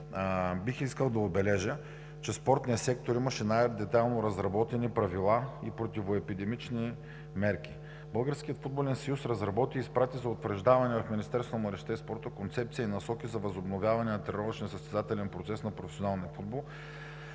Бих искал да отбележа, че спортният сектор имаше най-детайлно разработени правила и противоепидемични мерки. Българският футболен съюз разработи и изпрати за утвърждаване в Министерството на младежта и спорта концепция и насоки за възобновяване на тренировъчния състезателен процес на професионалния футбол,